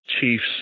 chiefs